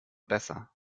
besser